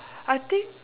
I think